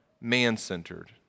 man-centered